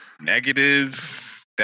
negative